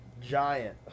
giant